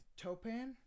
Topan